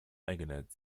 eingenäht